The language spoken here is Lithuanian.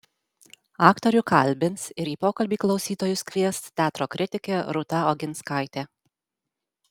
aktorių kalbins ir į pokalbį klausytojus kvies teatro kritikė rūta oginskaitė